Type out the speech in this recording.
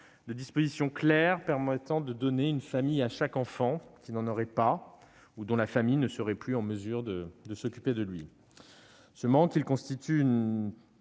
de dispositions claires permettant de donner une famille à chaque enfant qui n'en aurait pas ou dont la famille ne serait plus en mesure de s'occuper de lui. Ce manque constitue une